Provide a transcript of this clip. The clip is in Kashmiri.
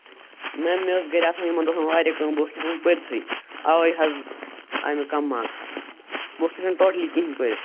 میٚم مےٚ ٲس گَرِ آسان یِمن دۅہَن واریاہ کٲم بہٕ اوسُس نہٕ ہیٚکَن پٔرۍتھٕے اَوَے حَض آے مےٚ کَم مارکٕس بہٕ اوسُس نہٕ ہیٚکَن ٹوٹلِی کِہیٖنٛۍ پٔرِتھ